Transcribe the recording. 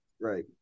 Right